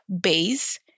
base